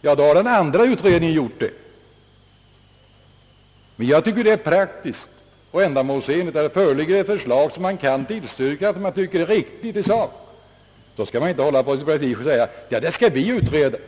Ja, i så fall har den andra utredningen gjort det. Jag tycker att det är praktiskt och ändamålsenligt — här föreligger ett förslag som man finner riktigt i sak och som man kan tillstyrka. Då kan man väl inte hålla på sin prestige och säga, att detta skall vi utreda.